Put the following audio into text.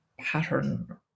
pattern